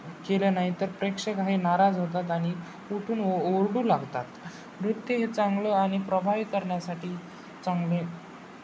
केलं नाही तर प्रेक्षक हे नाराज होतात आणि उठून ओ ओरडू लागतात नृत्य हे चांगलं आणि प्रभावी करण्यासाठी चांगले